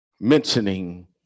mentioning